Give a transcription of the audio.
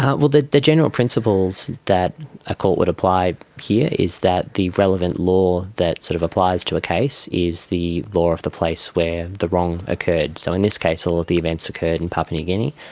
ah well, the the general principles that a court would apply here is that the relevant law that sort of applies to a case is the law of the place where the wrong occurred. so in this case all of the events occurred in papua new guinea.